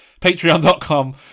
Patreon.com